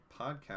podcast